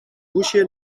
hoesje